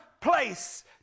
place